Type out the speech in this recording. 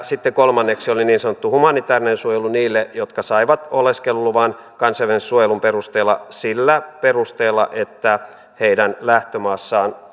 sitten kolmanneksi oli niin sanottu humanitäärinen suojelu niille jotka saivat oleskeluluvan kansainvälisen suojelun perusteella sillä perusteella että heidän lähtömaassaan